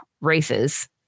races